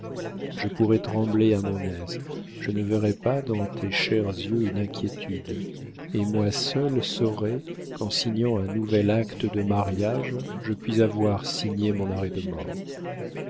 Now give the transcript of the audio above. je pourrai trembler à mon aise je ne verrai pas dans tes chers yeux une inquiétude et moi seule saurai qu'en signant un nouvel acte de mariage je puis avoir signé mon arrêt de mort